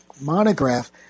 monograph